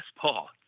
Paul